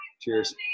Cheers